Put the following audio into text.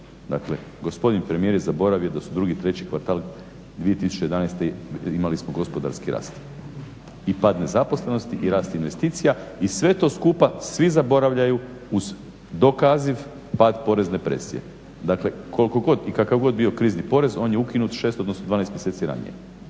Dakle, gospodin premijer je zaboravio da su drugi i treći kvartal 2011. imali smo gospodarski rast. I pad nezaposlenosti i rast investicija i sve to skupa svi zaboravljaju uz dokaziv pad porezne presije. Dakle, koliko god i kakav god bio krizni porez on je ukinut 6, odnosno 12 mjeseci ranije.